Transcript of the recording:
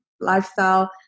lifestyle